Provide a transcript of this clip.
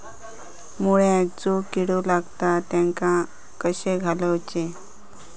मुळ्यांका जो किडे लागतात तेनका कशे घालवचे?